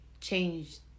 changed